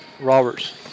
Roberts